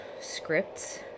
scripts